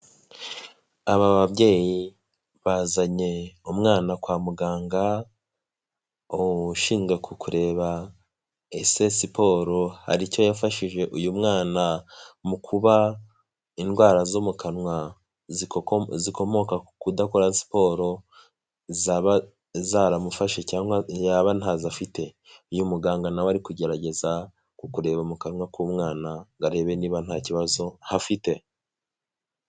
Aba babyeyi bazanye umwana kwa muganga ushinzwe ku kureba ese siporo hari icyo yafashije uyu mwana mu kuba indwara zo mu kanwa zikomoka ku kudakora siporo zaba zaramufashe cyangwa yaba ntazo afite, uyo muganga na we ari kugerageza kukureba mu kanwa k'umwana ngo arebe niba nta kibazo hafite.